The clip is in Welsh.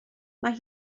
mae